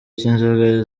cy’inzoga